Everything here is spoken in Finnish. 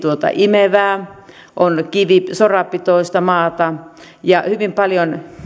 imevää on sorapitoista maata ja